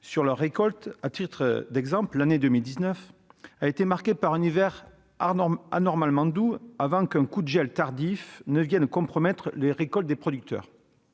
sur leurs récoltes. À titre d'exemple, l'année 2019 a été marquée par un hiver anormalement doux, avant qu'un coup de gel tardif ne vienne compromettre les récoltes des producteurs.